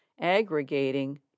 aggregating